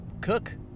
cook